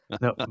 No